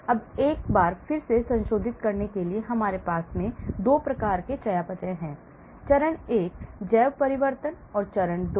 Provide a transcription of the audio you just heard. अब एक बार फिर से संशोधित करने के लिए हमारे पास 2 प्रकार के चयापचय हैं चरण 1 जैव परिवर्तन और चरण 2